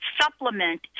supplement